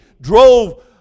drove